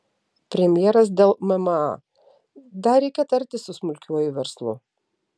premjeras dėl mma dar reikia tartis su smulkiuoju verslu